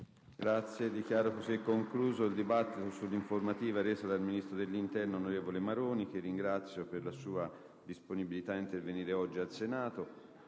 Dichiaro chiusa la discussione sull'informativa resa dal ministro dell'interno, onorevole Maroni, che ringrazio per la sua disponibilità ad intervenire oggi al Senato.